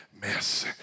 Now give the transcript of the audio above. mess